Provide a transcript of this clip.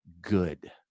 good